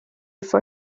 for